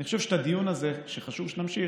אני חושב שאת הדיון הזה שחשוב שנמשיך,